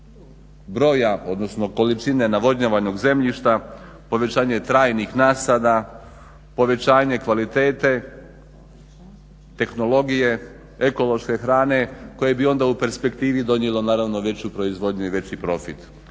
broja odnosno količine navodnjavanog zemljišta, povećanje trajnih nasada, povećanje kvalitete, tehnologije, ekološke hrane koje bi onda u perspektivi donijelo naravno veću proizvodnju i veći profit.